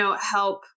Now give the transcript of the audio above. help